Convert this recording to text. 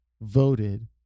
voted